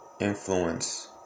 influence